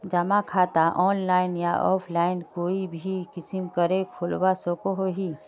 जमा खाता ऑनलाइन या ऑफलाइन कोई भी किसम करे खोलवा सकोहो ही?